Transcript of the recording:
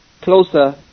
closer